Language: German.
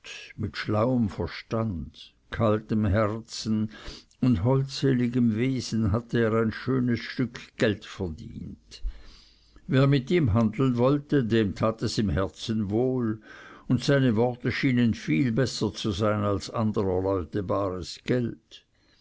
mit schlauem verstand kaltem herzen und holdseligem wesen hatte er ein schönes stück geld verdient wer mit ihm handeln wollte dem tat es im herzen wohl und seine worte schienen viel besser zu sein als anderer leute bares geld